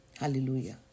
Hallelujah